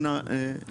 תכף נראה.